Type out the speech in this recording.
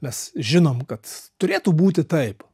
mes žinom kad turėtų būti taip